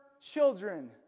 children